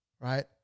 Right